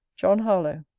john harlowe.